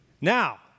Now